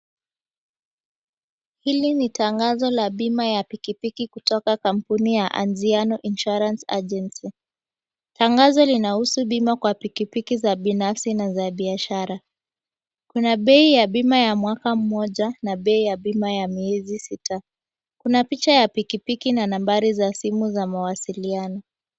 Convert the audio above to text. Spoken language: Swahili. Hili ni tangazo la bima ya pikipiki kutoka kampuni ya Anziano insurance agency. Tangazo linahusu bima kwa pikipiki za binafsi na za biashara. Kuna bei ya bima ya mwaka mmoja na bei ya bima ya miezi sita. Kuna picha za pikipiki na nambari za simu za mawasiliano.